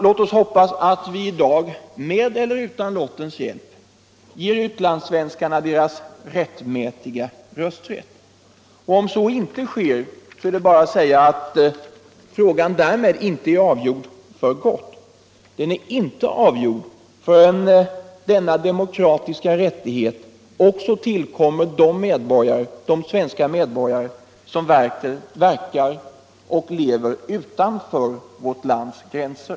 Låt oss hoppas att vi i dag, med eller utan lottens hjälp, ger utlandssvenskarna deras rättmätiga rösträtt. Om så inte sker är det bara att säga att frågan därmed inte är avgjord för gott. Den blir inte avgjord förrän denna demokratiska rättighet också tillkommer de svenska medborgare som verkar och lever utanför vårt lands gränser.